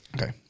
Okay